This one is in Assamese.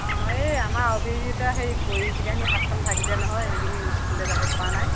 অঁ এই আমাৰ অভিজিতৰ হেৰি পৰি পেলানি হাতখন ভঙিলে নহয় এইকেইদিন ইস্কুলে যাব পৰা নাই